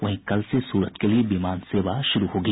वहीं कल से सूरत के लिये विमान सेवा शुरू होगी